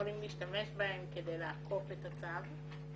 יכולים להשתמש בהם כדי לעקוף את הצו,